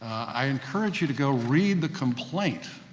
i encourage you to go read the complaint,